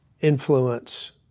influence